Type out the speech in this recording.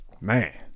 Man